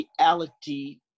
reality